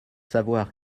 savoir